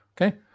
Okay